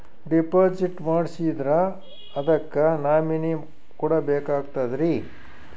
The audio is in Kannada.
ಡಿಪಾಜಿಟ್ ಮಾಡ್ಸಿದ್ರ ಅದಕ್ಕ ನಾಮಿನಿ ಕೊಡಬೇಕಾಗ್ತದ್ರಿ?